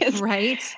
right